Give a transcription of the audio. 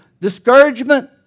discouragement